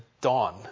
dawn